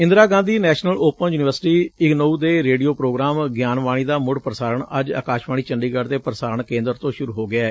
Indira Gandhi national open university IGNOU ਦੇ radio programme Gyanvani ਦਾ ਮੁੜ ਪ੍ਸਾਰਣ ਅੱਜ ਆਕਾਸ਼ਵਾਣੀ ਚੰਡੀਗੜੁ ਦੇ ਪ੍ਸਾਰਣ ਕੇਂਦਰ ਤੋਂ ਸੁਰੂ ਹੋ ਗਿਐ